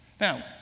Now